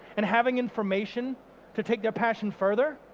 and having information to take their passion further,